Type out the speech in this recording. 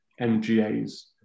MGA's